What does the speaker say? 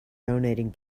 donating